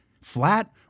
flat